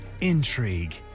intrigue